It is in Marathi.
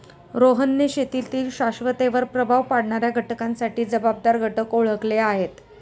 रोहनने शेतीतील शाश्वततेवर प्रभाव पाडणाऱ्या घटकांसाठी जबाबदार घटक ओळखले आहेत